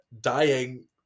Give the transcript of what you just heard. dying